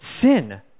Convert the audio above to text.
sin